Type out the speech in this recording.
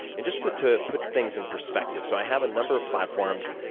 and just to to put things in perspective. so i have a number of platforms.